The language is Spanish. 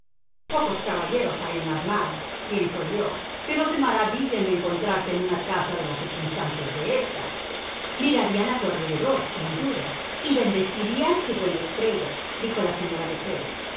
pocos caballeros hay en la armada pienso yo que no se maravillen de encontrarse en una casa de las circunstancias de ésta mirarían a su alrededor sin duda y bendecirían su buena estrelladijo la señora de